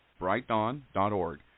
brightdawn.org